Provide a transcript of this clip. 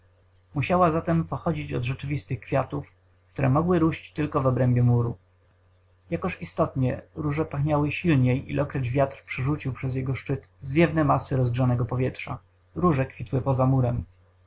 musiała zatem pochodzić od rzeczywistych kwiatów które mogły róść tylko w obrębie muru jakoż istotnie róże pachniały silniej ilekroć wiatr przerzucił przez jego szczyt zwiewne masy rozgrzanego powietrza róże kwitły poza murem